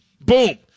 boom